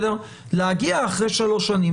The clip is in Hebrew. להגיע אחרי 3 שנים,